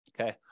Okay